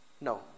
No